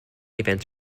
events